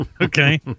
Okay